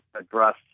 address